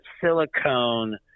silicone